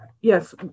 yes